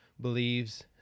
believes